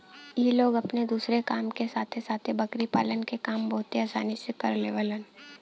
इ लोग अपने दूसरे काम के साथे साथे बकरी पालन के काम बहुते आसानी से कर लेवलन